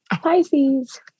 Pisces